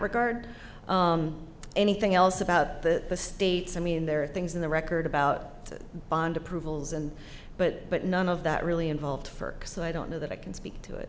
regard anything else about the states i mean there are things in the record about bond approvals and but but none of that really involved so i don't know that i can speak to it